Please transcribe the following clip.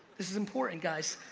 this is important, guys.